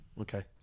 Okay